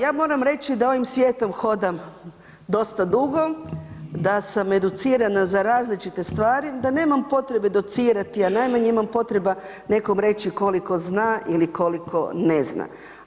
Ja moram reći da ovim svijetom hodam dosta dugo, da sam educirana za različite stvari, da nema potrebe docirati, a najmanje imam potreba nekom reći koliko zna ili koliko ne zna.